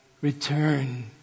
return